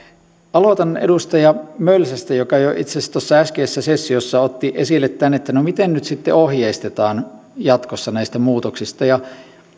aloitan edustaja mölsästä joka jo itse asiassa tuossa äskeisessä sessiossa otti esille tämän että miten nyt sitten ohjeistetaan jatkossa näistä muutoksista